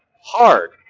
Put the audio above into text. hard